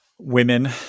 women